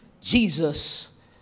Jesus